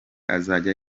azajya